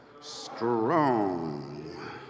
Strong